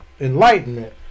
enlightenment